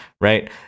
right